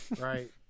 right